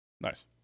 Nice